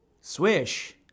Swish